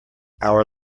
our